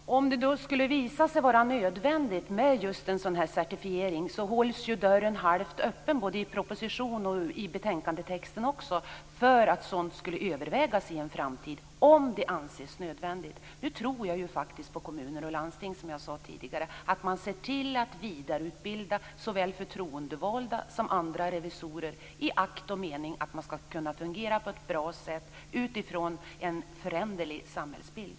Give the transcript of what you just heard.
Fru talman! Om det skulle visa sig vara nödvändigt med en sådan här certifiering hålls ju dörren halvt öppen både i propositionen och i betänkandetexten för att en sådan skulle kunna övervägas i framtiden - om det skulle anses nödvändigt. Nu tror jag ju faktiskt på kommuner och landsting, som jag sade tidigare. Jag tror att man ser till att vidareutbilda såväl förtroendevalda som andra revisorer i akt och mening att de skall kunna fungera på ett bra sätt utifrån en föränderlig samhällsbild.